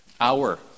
hour